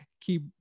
keep